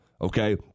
Okay